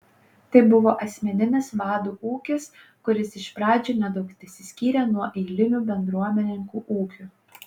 tai buvo asmeninis vadų ūkis kuris iš pradžių nedaug tesiskyrė nuo eilinių bendruomenininkų ūkių